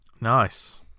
Nice